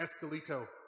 Escalito